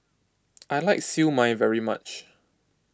I like Siew Mai very much